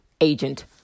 Agent